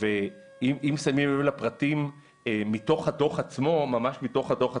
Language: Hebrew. ואם שמים לב לפרטים ממש מתוך הדוח עצמו,